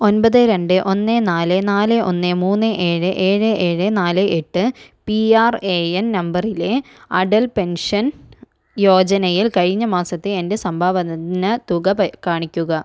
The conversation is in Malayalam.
ഒൻപത് രണ്ട് ഒന്ന് നാല് നാല് ഒന്ന് മൂന്ന് ഏഴ് ഏഴ് ഏഴ് നാല് എട്ട് പി ആർ എ എൻ നമ്പറിലെ അടൽ പെൻഷൻ യോജനയിൽ കഴിഞ്ഞ മാസത്തെ എൻ്റെ സംഭാവന തുക കാണിക്കുക